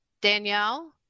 Danielle